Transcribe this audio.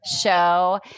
show